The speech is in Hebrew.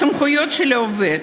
הסמכויות של עובד